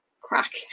crack